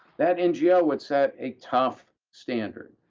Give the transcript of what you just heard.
that ngo would set a tough standard.